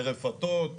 לרפתות,